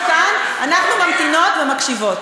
אנחנו כאן, אנחנו ממתינות ומקשיבות.